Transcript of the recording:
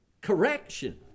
correction